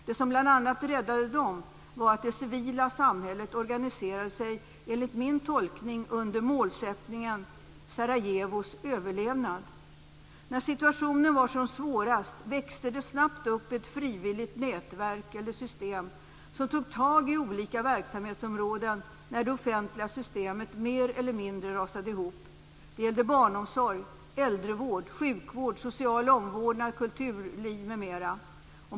Det som bl.a. räddade dem var att det civila samhället organiserade sig, enligt min tolkning, med målsättningen Sarajevos överlevnad. När situationen var som svårast och det offentliga systemet mer eller mindre rasade ihop, växte det snabbt upp ett frivilligt nätverk eller system som tog tag i olika verksamhetsområden. Det gällde barnomsorg, äldrevård, sjukvård, social omvårdnad, kulturliv m.m.